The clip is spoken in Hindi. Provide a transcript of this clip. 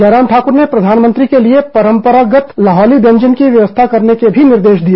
जयराम ठाकुर ने प्रधानमंत्री के लिए परम्परागत लाहौली व्यंजन की व्यवस्था करने के भी निर्देश दिए